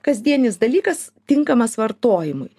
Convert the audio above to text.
kasdienis dalykas tinkamas vartojimui